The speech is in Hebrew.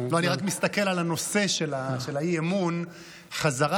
אני רק מסתכל על הנושא של האי-אמון: "חזרה